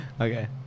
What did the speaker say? Okay